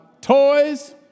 toys